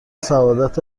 سعادت